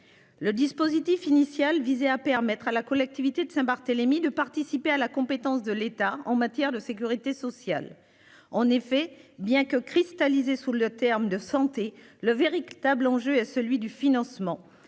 Le dispositif initial visait à permettre à la collectivité de Saint-Barthélemy, de participer à la compétence de l'État en matière de sécurité sociale. En effet, bien que cristalliser sous le terme de santé. Le véritable enjeu est celui du financement